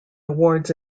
awards